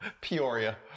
Peoria